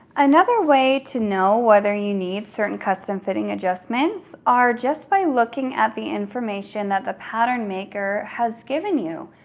another way to know whether you need certain custom fitting adjustments are just by looking at the information that the pattern maker has given you.